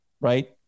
right